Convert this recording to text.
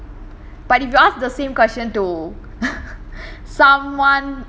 but if you ask the same question to someone